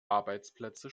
arbeitsplätze